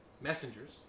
messengers